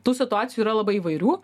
tų situacijų yra labai įvairių